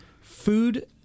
food